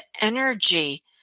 energy